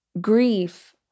grief